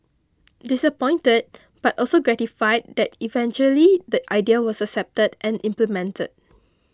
disappointed but also gratified that eventually the idea was accepted and implemented